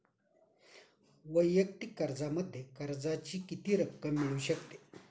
वैयक्तिक कर्जामध्ये कर्जाची किती रक्कम मिळू शकते?